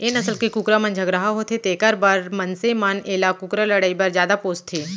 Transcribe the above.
ए नसल के कुकरा मन झगरहा होथे तेकर बर मनसे मन एला कुकरा लड़ई बर जादा पोसथें